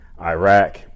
iraq